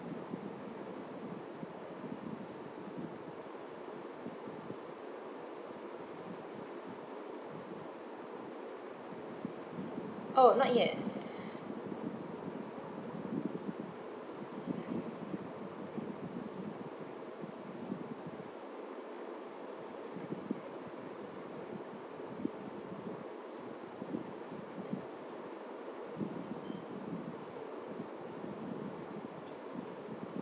oh not yet